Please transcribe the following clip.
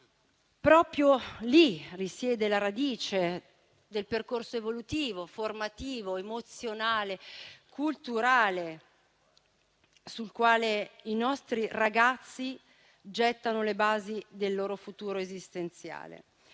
proprio lì che risiede la radice del percorso evolutivo, formativo, emozionale e culturale sul quale i nostri ragazzi gettano le basi del loro futuro esistenziale.